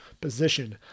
position